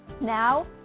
Now